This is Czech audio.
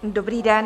Dobrý den.